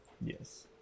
Yes